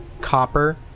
copper